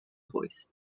voice